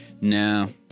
No